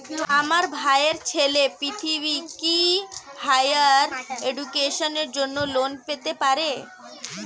আমার ভাইয়ের ছেলে পৃথ্বী, কি হাইয়ার এডুকেশনের জন্য লোন পেতে পারে?